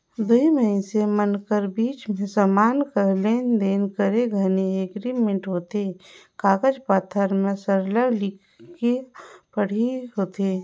दुई मइनसे मन कर बीच में समान कर लेन देन करे घनी एग्रीमेंट होथे कागज पाथर में सरलग लिखा पढ़ी होथे